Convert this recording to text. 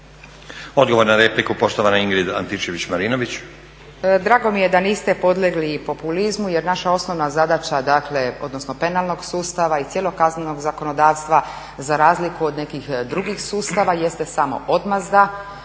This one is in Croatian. Odgovor na repliku, poštovana Ingrid Antičević-Marinović. **Antičević Marinović, Ingrid (SDP)** Drago mi je da niste podlegli populizmu jer naša osnovna zadaća, odnosno penalnog sustava i cijelog kaznenog zakonodavstva za razliku od nekih drugih sustava jeste samo odmazda,